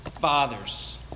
fathers